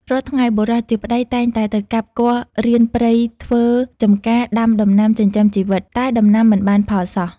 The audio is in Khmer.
រាល់ថ្ងៃ បុរសជាប្តីតែងតែទៅកាប់គាស់រានព្រៃធ្វើ ចំការដាំដំណាំចិញ្ចឹមជីវិត តែដំណាំមិនបានផល សោះ ។